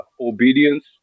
Obedience